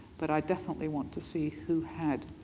but i definitely want to see who had,